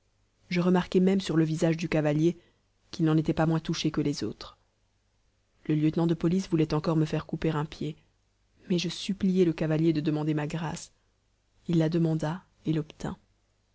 je remarquai même sur le visage du cavalier qu'il n'en était pas moins touché que les autres le lieutenant de police voulait encore me faire couper un pied mais je suppliai le cavalier de demander ma grâce il la demanda et l'obtint